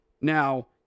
Now